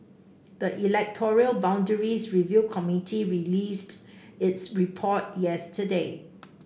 the electoral boundaries review committee released its report yesterday